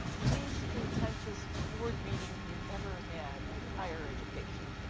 least contentious board meeting you've ever had in higher education.